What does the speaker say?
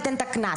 ייתן את הקנס.